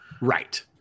Right